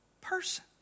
person